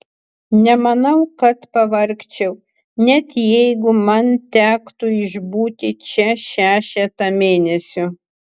nemanau kad pavargčiau net jeigu man tektų išbūti čia šešetą mėnesių